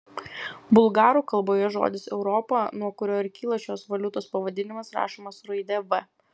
bulgarų kalboje žodis europa nuo kurio ir kyla šios valiutos pavadinimas rašomas su raide v